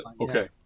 okay